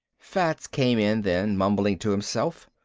fats came in then, mumbling to himself.